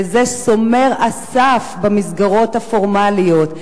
וזה שומר הסף במסגרות הפורמליות.